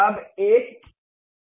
अब एक नया खोलें